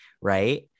right